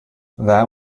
that